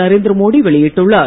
நரேந்திரமோடி வெளியிட்டுள்ளார்